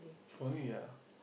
for you ya